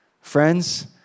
Friends